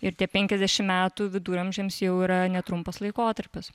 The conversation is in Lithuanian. ir tie penkiasdešimt metų viduramžiams jau yra netrumpas laikotarpis